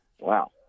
Wow